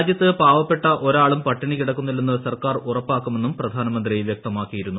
രാജ്യത്ത് പാവപ്പെട്ട ഒരാളും പട്ടിണി കിടക്കുന്നില്ലെന്ന് സർക്കാർ ഉറപ്പാക്കുമെന്നും പ്രധാനമന്ത്രി വൃക്തമാക്കിയിരുന്നു